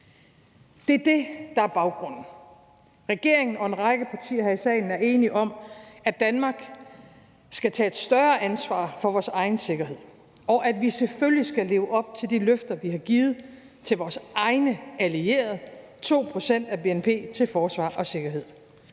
er det det, der er baggrunden. Regeringen og en række partier her i salen er enige om, at Danmark skal tage et større ansvar for vores egen sikkerhed, og at vi selvfølgelig skal leve op til de løfter, vi har givet til vores egne allierede: 2 pct. af bnp til forsvar og sikkerhed.